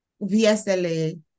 VSLA